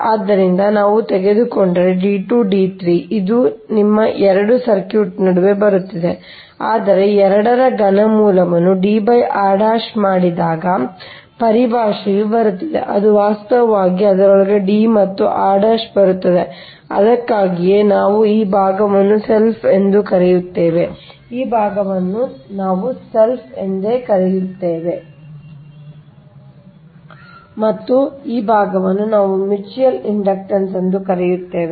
ಆದ್ದರಿಂದ ನಾವು ತೆಗೆದುಕೊಂಡಂತೆ d2 d3 ಇದು ನಿಮ್ಮ 2 ಸರ್ಕ್ಯೂಟ್ ನಡುವೆ ಬರುತ್ತಿದೆ ಆದರೆ 2 ರ ಘನ ಮೂಲವನ್ನು D r ಮಾಡಿದಾಗ ಪರಿಭಾಷೆಯು ಬರುತ್ತಿದೆ ಅದು ವಾಸ್ತವವಾಗಿ ಅದರೊಳಗೆ D ಮತ್ತು r ಬರುತ್ತದೆ ಅದಕ್ಕಾಗಿಯೇ ನಾವು ಈ ಭಾಗವನ್ನು selfಸೆಲ್ಫ್ ಎಂದು ಕರೆಯುತ್ತೇವೆ ಈ ಭಾಗವನ್ನು ನಾವು selfಸೆಲ್ಫ್ ಎಂದು ಕರೆಯುತ್ತೇವೆ ಮತ್ತು ಈ ಭಾಗವನ್ನು ನಾವು ಮ್ಯೂಚುಯಲ್ ಇಂಡಕ್ಟನ್ಸ್ ಎಂದು ಕರೆಯುತ್ತೇವೆ